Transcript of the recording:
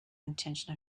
intention